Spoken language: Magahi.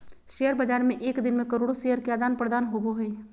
शेयर बाज़ार में एक दिन मे करोड़ो शेयर के आदान प्रदान होबो हइ